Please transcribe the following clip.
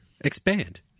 Expand